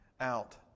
out